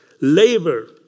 labor